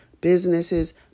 businesses